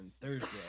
Thursday